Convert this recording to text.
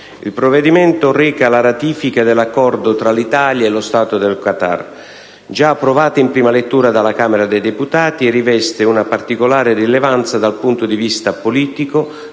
il provvedimento reca la ratifica dell'Accordo tra l'Italia e lo Stato del Qatar, già approvato in prima lettura dalla Camera dei deputati, il quale riveste una particolare rilevanza dal punto di vista politico